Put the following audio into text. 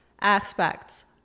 aspects